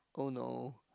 oh no